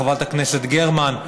חברת הכנסת גרמן,